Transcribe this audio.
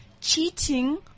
cheating